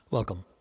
Welcome